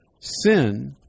sin